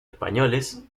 españoles